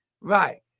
Right